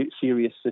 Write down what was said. serious